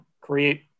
create